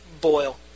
boil